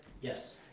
yes